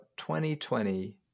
2020